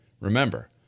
remember